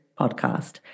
podcast